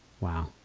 Wow